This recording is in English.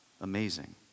Amazing